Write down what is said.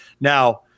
Now